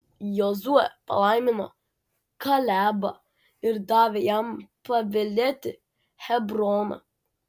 jozuė palaimino kalebą ir davė jam paveldėti hebroną